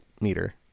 meter